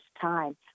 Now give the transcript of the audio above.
time